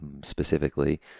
specifically